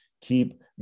Keep